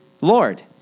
Lord